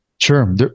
Sure